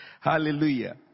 Hallelujah